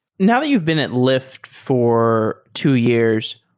now that you've been at lyft for two years,